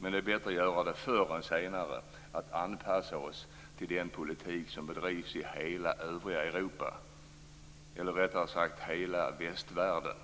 men det är bättre att göra det förr än senare: Jag anser att vi måste anpassa oss till den politik som bedrivs i hela övriga Europa - eller rättare sagt i hela västvärlden.